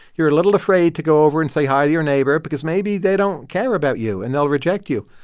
you're a little afraid to go over and say hi to your neighbor because maybe they don't care about you and they'll reject you.